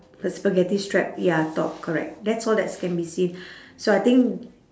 the spaghetti strap ya top correct that's all that's can be seen so I think